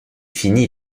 fini